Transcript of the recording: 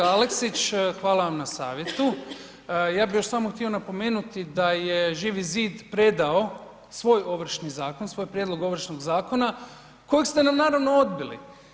Kolega Aleksić, hvala vam na savjetu, ja bi još samo htio napomenuti da je Živi zid predao svoj Ovršni zakon, svoj prijedlog Ovršnog zakona kojeg ste nam naravno odbili.